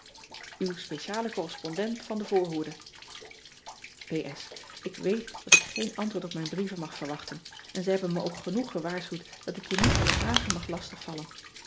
speciale correspondent van de voorhoede k weet dat ik geen antwoord op mijn brieven mag verwachten en ze hebben me ook genoeg gewaarschuwd dat ik je niet met vragen mag lastig vallen